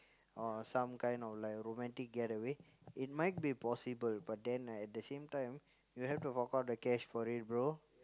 or some kind of like romantic getaway it might be possible but then like at the same time you have to fork out the cash for it bro